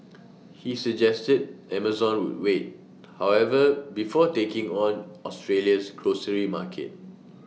he suggested Amazon would wait however before taking on Australia's grocery market